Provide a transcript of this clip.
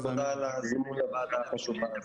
תודה על הזימון לוועדה החשובה הזאת,